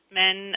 men